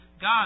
God